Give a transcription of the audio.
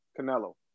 Canelo